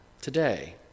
today